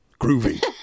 groovy